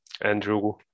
Andrew